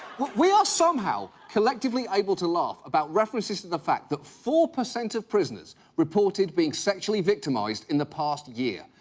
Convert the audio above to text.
we are somehow collectively able to laugh about references to the fact that four percent of prisoners reported being sexually victimized in the past year,